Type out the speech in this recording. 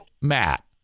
Matt